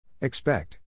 expect